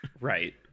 Right